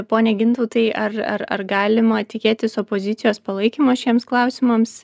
pone gintautai ar ar ar galima tikėtis opozicijos palaikymo šiems klausimams